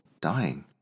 dying